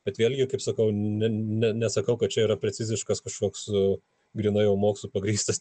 bet vėlgi kaip sakau ne ne nesakau kad čia yra preciziškas kažkoks grynai jau mokslu pagrįstas